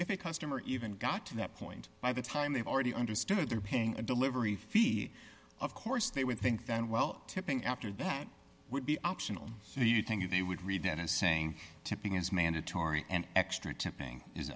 a customer even got to that point by the time they've already understood they're paying a delivery fee of course they would think then well tipping after that would be optional do you think that they would read that as saying tipping is mandatory and extra tipping is